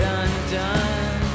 undone